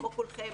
כמו כולכם,